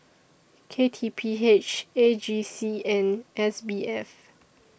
K T P H A G C and S B F